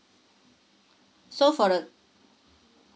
so for the